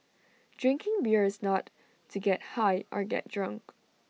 drinking beer is not to get high or get drunk